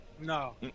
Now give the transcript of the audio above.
no